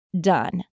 done